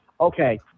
okay